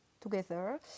together